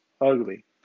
ugly